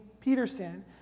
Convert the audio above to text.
Peterson